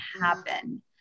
happen